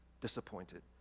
disappointed